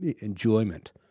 enjoyment